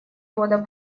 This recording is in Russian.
года